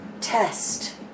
test